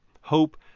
Hope